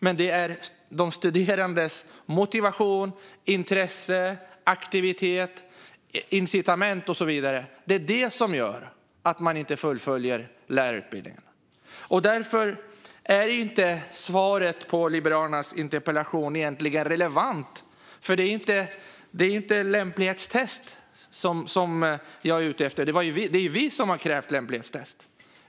Men det är de studerandes motivation, intresse, aktivitet, incitament och så vidare som gör att de inte fullföljer lärarutbildningen. Därför är svaret på Liberalernas interpellation egentligen inte relevant. Det är inte lämplighetstesterna jag är ute efter; det är ju vi som har ställt krav på lämplighetstest.